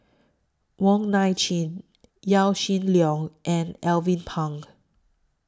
Wong Nai Chin Yaw Shin Leong and Alvin Pang